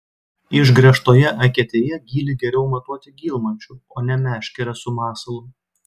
išgręžtoje eketėje gylį geriau matuoti gylmačiu o ne meškere su masalu